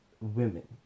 women